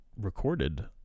recorded